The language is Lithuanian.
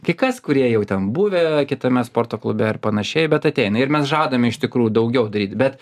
kai kas kurie jau ten buvę kitame sporto klube ir panašiai bet ateina ir mes žadams iš tikrųjų daugiau daryt bet